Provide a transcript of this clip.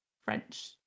French